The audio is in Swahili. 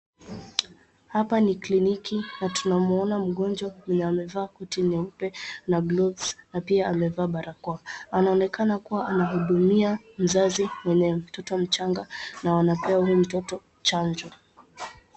Hapa ni kliniki na tunamuona mgonjwa mwenye amevaa koti nyeupe na gloves na pia amevaa barakoa. Anaonekana kuwa anahudumia mzazi mwenye mtoto mchanga na wanapea huyu mtoto chanjo.